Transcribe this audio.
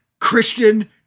Christian